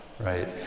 right